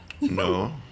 No